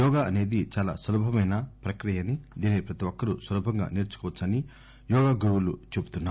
యోగా అనేది చాలా సులభమైన ప్రక్రియని దీనిని ప్రతి ఒక్కరూ సులభంగా నేర్చుకోవచ్చని యోగా గురువులు చెబుతున్నారు